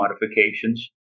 modifications